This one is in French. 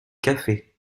café